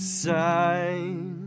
sign